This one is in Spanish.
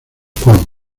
juan